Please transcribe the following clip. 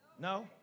No